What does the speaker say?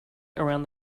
around